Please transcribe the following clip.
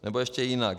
Nebo ještě jinak.